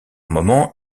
moments